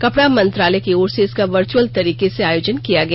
कपड़ा मंत्रालय की ओर से इसका वर्च्अल तरीके से आयोजन किया गया